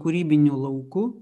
kūrybiniu lauku